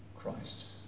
Christ